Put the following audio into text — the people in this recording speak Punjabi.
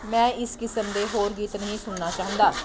ਮੈਂ ਇਸ ਕਿਸਮ ਦੇ ਹੋਰ ਗੀਤ ਨਹੀਂ ਸੁਣਨਾ ਚਾਹੁੰਦਾ